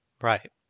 Right